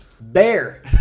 Bear